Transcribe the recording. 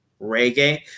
reggae